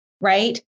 right